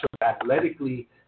athletically